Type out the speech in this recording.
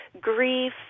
grief